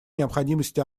необходимости